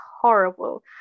horrible